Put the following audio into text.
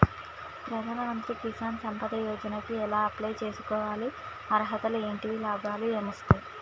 ప్రధాన మంత్రి కిసాన్ సంపద యోజన కి ఎలా అప్లయ్ చేసుకోవాలి? అర్హతలు ఏంటివి? లాభాలు ఏమొస్తాయి?